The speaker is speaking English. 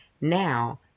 now